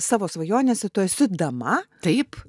savo svajonėse tu esi dama taip